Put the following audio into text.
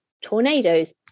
tornadoes